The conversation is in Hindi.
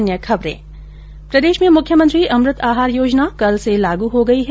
अन्य खबरें प्रदेश में मुख्यमंत्री अमृत आहार योजना कल से लागू हो गई है